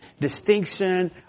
distinction